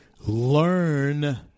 Learn